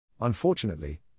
Unfortunately